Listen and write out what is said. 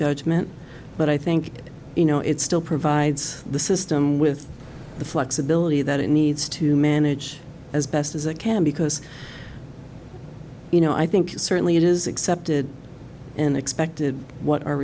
judgment but i think you know it still provides the system with the flexibility that it needs to manage as best as i can because you know i think certainly it is accepted and expected what our